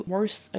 worse